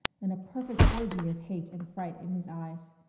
and a perfect orgy of hate and fright in his eyes.